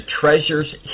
treasures